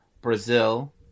Brazil